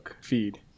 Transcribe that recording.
feed